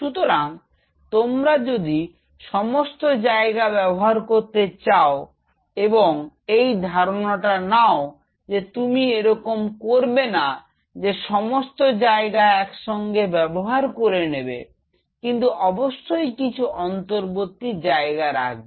সুতরাং তোমরা যদি সমস্ত জায়গা ব্যবহার করতে চাও এবং এই ধারণাটা নাও যে তুমি এরকম করবে না যে সমস্ত জায়গা একসঙ্গে ব্যবহার করে নিবে কিন্তু অবশ্যই কিছু অন্তর্বর্তী জায়গা রাখবে